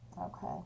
Okay